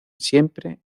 siempre